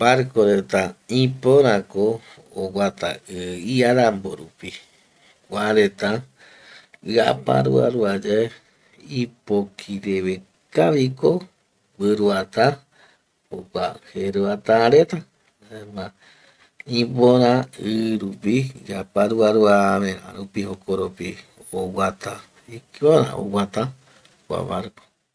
Barko reta ipörako oguata i iarambo rupi, kua reta iaparuarua yae ipoki reve kaviko guiroata jokua jeruata reta reta jaema ipöra i rupi yaparuaruave va rupi jokoropi oguata ipöra oguata kua barco